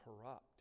corrupt